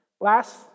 last